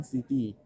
City